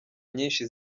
nyinshi